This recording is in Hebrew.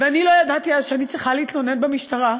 ואני לא ידעתי אז שאני צריכה להתלונן במשטרה.